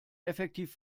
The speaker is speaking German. effektiv